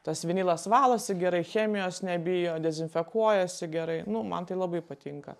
tas vinilas valosi gerai chemijos nebijo dezinfekuojasi gerai nu man tai labai patinka